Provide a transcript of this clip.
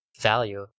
value